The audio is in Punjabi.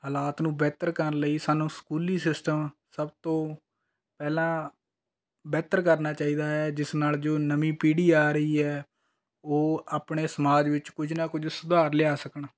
ਹਾਲਾਤ ਨੂੰ ਬਿਹਤਰ ਕਰਨ ਲਈ ਸਾਨੂੰ ਸਕੂਲੀ ਸਿਸਟਮ ਸਭ ਤੋਂ ਪਹਿਲਾਂ ਬਿਹਤਰ ਕਰਨਾ ਚਾਹੀਦਾ ਹੈ ਜਿਸ ਨਾਲ ਜੋ ਨਵੀਂ ਪੀੜ੍ਹੀ ਆ ਰਹੀ ਹੈੈ ਉਹ ਆਪਣੇ ਸਮਾਜ ਵਿੱਚ ਕੁਝ ਨਾ ਕੁਝ ਸੁਧਾਰ ਲਿਆ ਸਕਣ